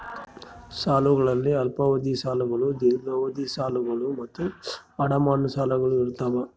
ಸಾಲಗಳಲ್ಲಿ ಅಲ್ಪಾವಧಿಯ ಸಾಲಗಳು ದೀರ್ಘಾವಧಿಯ ಸಾಲಗಳು ಮತ್ತು ಅಡಮಾನ ಸಾಲಗಳು ಇರ್ತಾವ